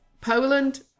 Poland